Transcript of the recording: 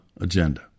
agenda